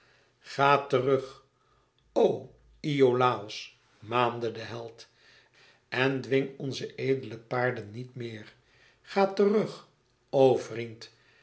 ga terug o iolàos maande de held en dwing onze edele paarden niet meer ga terug